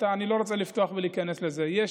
אני לא רוצה לפתוח ולהיכנס לזה,